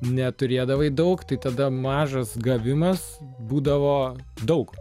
neturėdavai daug tai tada mažas gavimas būdavo daug